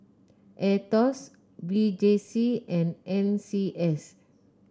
Aetos V J C and N C S